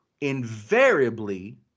invariably